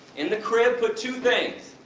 in the crib put two things,